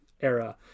era